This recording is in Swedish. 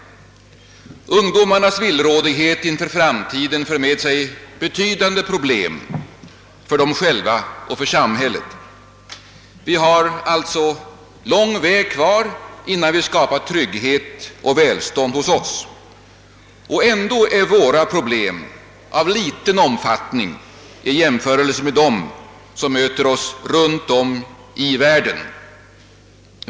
Ungdomarnas villrådighet inför framtiden för med sig betydande problem för dem själva och för samhället. Vi har alltså ganska lång väg kvar innan vi skapat trygghet och välstånd hos oss. Ändå är våra problem av liten omfattning i jämförelse med dem som möter "Oss runt om i världen.